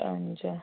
हुन्छ